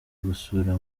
gusura